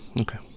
okay